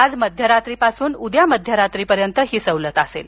आज मध्यरात्रीपासून उद्या मध्यरात्रीपर्यंत ही सवलत असेल